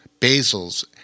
basils